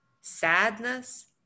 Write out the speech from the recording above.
sadness